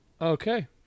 okay